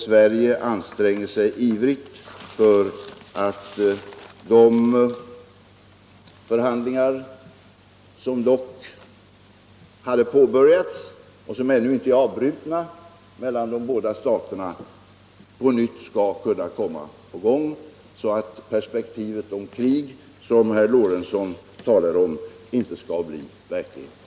Sverige anstränger sig ivrigt för att de förhandlingar mellan de båda staterna som dock hade påbörjats och som ännu inte är avbrutna på nytt skall kunna komma i gång, så att risken för krig, som herr Loreptzon talar om, inte skall bli verklighet.